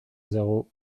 zéro